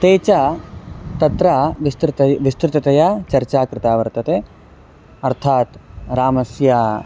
ते च तत्र विस्तृततया विस्तृततया चर्चा कृता वर्तते अर्थात् रामस्य